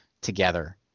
together